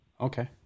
Okay